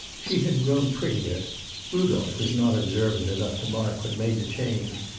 she had grown prettier rudolph was not observant enough to mark what made the change,